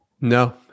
no